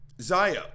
Zaya